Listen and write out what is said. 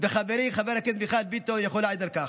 וחברי חבר הכנסת מיכאל ביטון יכול להעיד על כך.